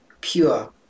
pure